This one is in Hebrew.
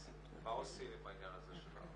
אז מה עושים עם העניין הזה של ה-